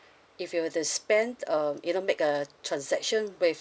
if you were to spend um you know make a transaction with